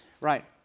Right